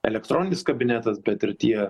elektroninis kabinetas bet ir tie